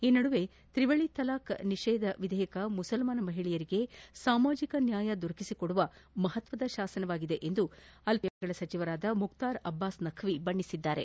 ಈ ನಡುವೆ ತ್ರಿವಳಿ ತಲಾಕ್ ನಿಷೇಧ ವಿಧೇಯಕ ಮುಸಲ್ಮಾನ ಮಹಿಳೆಯರಿಗೆ ಸಾಮಾಜಿಕ ನ್ಯಾಯ ದೊರಕಿಸಿ ಕೊಡುವ ಮಹತ್ವದ ಶಾಸನವಾಗಿದೆ ಎಂದು ಅಲ್ಪಸಂಖ್ಯಾತ ವ್ಯವಹಾರಗಳ ಸಚಿವರಾದ ಮುಖ್ತಾರ್ ಅಬ್ಬಾಸ್ ನಖ್ವಿ ಬಣ್ಣಿಸಿದ್ದಾರೆ